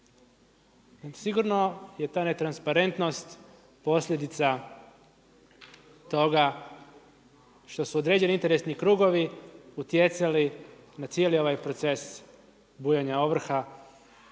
Sigurno je ta netransparentnost posljedica toga što su određeni interesni krugovi utjecali na cijeli ovaj proces bujanja ovrha